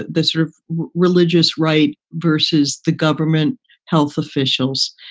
the sort of religious right versus the government health officials.